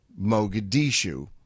Mogadishu